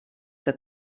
que